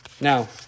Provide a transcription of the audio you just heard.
Now